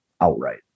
outright